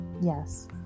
Yes